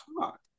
talk